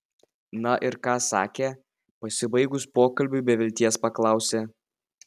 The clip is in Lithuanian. na ir ką sakė pasibaigus pokalbiui be vilties paklausė